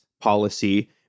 policy